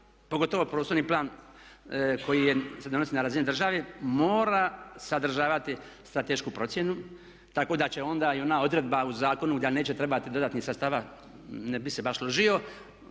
pogotovo prostorni plan koji je, se donosi na razini države, mora sadržavati stratešku procjenu tako da će onda i ona odredba u zakonu da neće trebati dodatnih sastava, ne bih se baš složio,